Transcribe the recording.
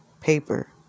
paper